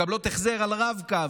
מקבלות החזר על רב-קו,